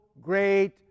great